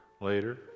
later